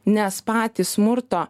nes patys smurto